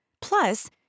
Plus